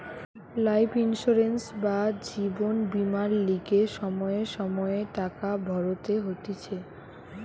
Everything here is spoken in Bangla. লাইফ ইন্সুরেন্স বা জীবন বীমার লিগে সময়ে সময়ে টাকা ভরতে হতিছে